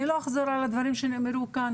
אני לא אחזור על הדברים שנאמרו כאן,